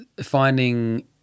finding